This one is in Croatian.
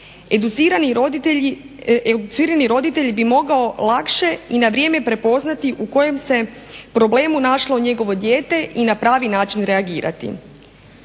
Educirani roditelj bi mogao lakše i na vrijeme prepoznati u kojem se problemu našlo njegovo dijete i na pravi način reagirati.